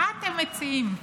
מה אתם מציעים?